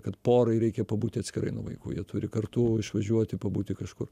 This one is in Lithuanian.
kad porai reikia pabūti atskirai nuo vaikų jie turi kartu išvažiuoti pabūti kažkur